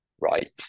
right